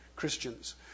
Christians